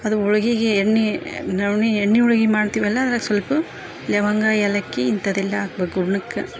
ಅದು ಹೋಳಿಗೀಗೆ ಎಣ್ಣೆ ನವಣಿ ಎಣ್ಣೆ ಹೋಳಿಗೆ ಮಾಡ್ತೀವಲ್ಲಾ ಅದ್ರಾಗ ಸ್ವಲ್ಪ ಲವಂಗ ಏಲಕ್ಕಿ ಇಂತವ್ದೆಲ್ಲ ಹಾಕ್ಬೇಕು ಊರ್ಣಕ್ಕ